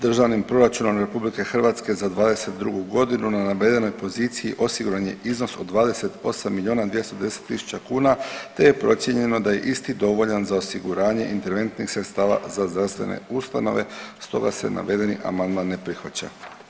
Državnim proračunom RH za 2022.g. na navedenoj poziciji osiguran je iznos od 28 milijuna 210 tisuća kuna te je procijenjeno da je isti dovoljan za osiguranje interventnih sredstava za zdravstvene ustanova, stoga se navedeni amandman ne prihvaća.